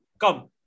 Come